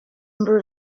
number